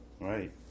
right